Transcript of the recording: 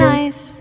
Nice